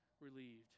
relieved